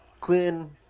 Quinn